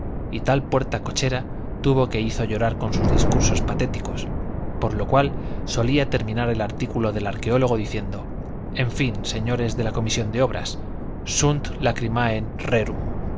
y tal puerta cochera hubo que hizo llorar con sus discursos patéticos por lo cual solía terminar el artículo del arqueólogo diciendo en fin señores de la comisión de obras sunt